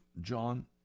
John